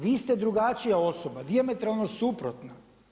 Vi ste drugačija osoba dijametralno suprotna.